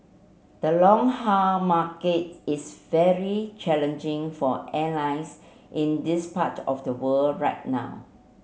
the long market is very challenging for airlines in this part of the world right now